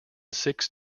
six